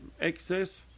excess